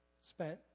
spent